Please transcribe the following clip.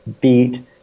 beat